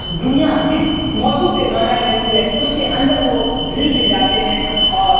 دنیا جس موضوع پہ گانا رہتی ہے اس کے اندر وہ گھل مل جاتے ہیں اور